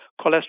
cholesterol